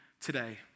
today